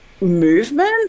movement